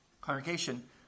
Congregation